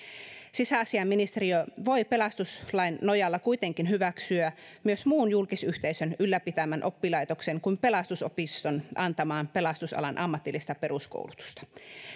sisäministeriö voi pelastuslain nojalla kuitenkin hyväksyä myös muun julkisyhteisön ylläpitämän oppilaitoksen kuin pelastusopiston antamaan pelastusalan ammatillista peruskoulutusta